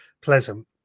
pleasant